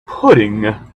pudding